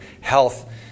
health